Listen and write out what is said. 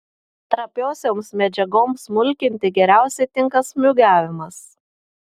trapiosioms medžiagoms smulkinti geriausiai tinka smūgiavimas